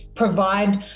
provide